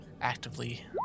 actively